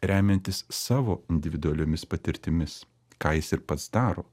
remiantis savo individualiomis patirtimis ką jis ir pats daro